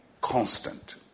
constant